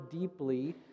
deeply